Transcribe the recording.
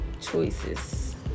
choices